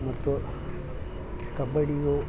ಮತ್ತು ಕಬಡ್ಡಿಯು